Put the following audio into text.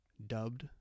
dubbed